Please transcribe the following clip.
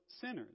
sinners